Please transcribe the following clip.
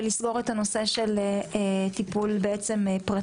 ולסגור את הנושא של טיפול פרטי.